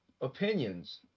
opinions